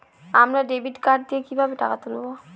আমরা debit card দিয়ে কিভাবে টাকা তুলবো?